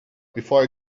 before